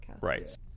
right